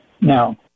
Now